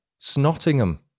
Snottingham